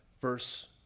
Verse